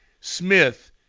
Smith